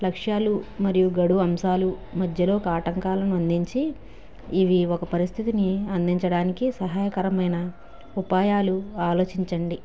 లక్ష్యాలు మరియు గడువు అంశాలు మధ్యలో కాటంకాలను అందించి ఇవి ఒక పరిస్థితిని అందించడానికి సహాయకరమైన ఉపాయాలు ఆలోచించండి